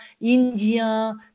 India